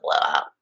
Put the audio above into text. blowout